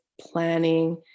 planning